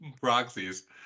proxies